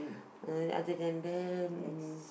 oh other than that